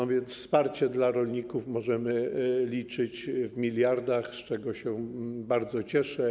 A więc wsparcie dla rolników możemy liczyć w miliardach, z czego się bardzo cieszę.